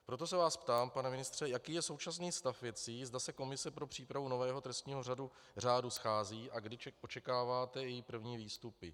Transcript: Proto se vás ptám, pane ministře, jaký je současný stav věcí, zda se komise pro přípravu nového trestního řádu schází a kdy očekáváte její první výstupy.